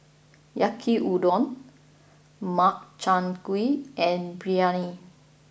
Yaki Udon Makchang Gui and Biryani